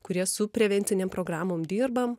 kurie su prevencinėm programom dirbam